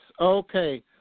okay